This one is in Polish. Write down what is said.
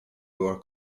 była